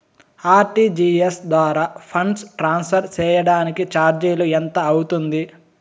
RTGS ద్వారా funds transfer సేయడానికి చార్జీలు ఎంత అవుతుంది